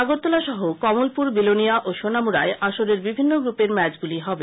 আগরতলা সহ কমলপুর বিলোনীয়া ও সোনামুড়ায় আসরের বিভিন্ন গ্রুপের ম্যাচগুলি হবে